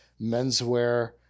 menswear